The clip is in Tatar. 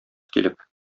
килеп